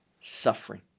suffering